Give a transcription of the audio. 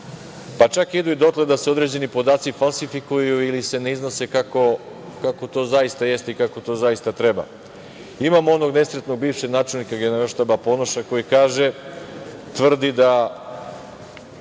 Pa, čak idu dotle da se određeni podaci falsifikuju ili se ne iznose kako to zaista jeste i kako to zaista treba. Imamo onog nesretnog bivšeg načelnika Generalštaba Ponoša koji kaže, tvrdi da